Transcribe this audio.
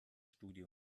studio